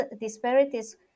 disparities